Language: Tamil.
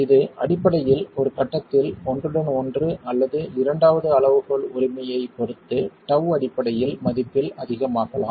இது அடிப்படையில் ஒரு கட்டத்தில் ஒன்றுடன் ஒன்று அல்லது இரண்டாவது அளவுகோல் உரிமையைப் பொறுத்து τ அடிப்படையில் மதிப்பில் அதிகமாகலாம்